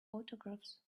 autographs